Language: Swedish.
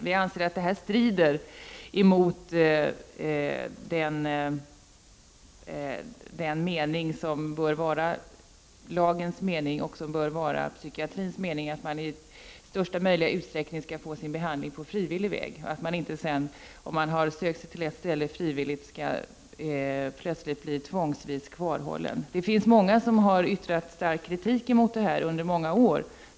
Vi anser att detta strider mot den lagens mening som även bör vara psykiatrins mening, nämligen att man i största möjliga utsträckning skall få sin behandling på frivillig väg och att man om man frivilligt har sökt sig till vården inte plötsligt skall kunna bli tvångsvis kvarhållen. Många har yttrat stark kritik mot detta under många år.